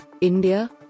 India